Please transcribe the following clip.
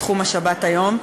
בתחום השבת היום,